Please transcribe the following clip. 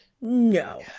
No